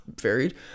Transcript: varied